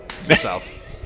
south